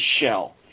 shell